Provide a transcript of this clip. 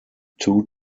two